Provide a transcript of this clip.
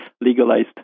legalized